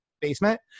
basement